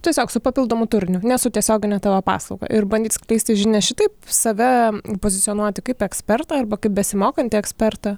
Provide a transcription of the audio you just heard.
tiesiog su papildomu turiniu ne su tiesiogine tavo paslauga ir bandyt skleisti žinią šitaip save pozicionuoti kaip ekspertą arba kaip besimokantį ekspertą